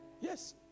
Yes